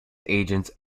agents